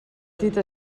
tita